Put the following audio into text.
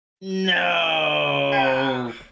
No